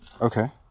Okay